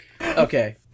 Okay